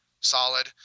solid